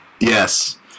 Yes